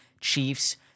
Chiefs